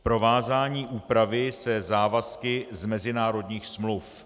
Provázání úpravy se závazky z mezinárodních smluv.